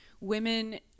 women